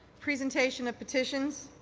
presentation of petitions.